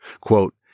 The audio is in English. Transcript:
Quote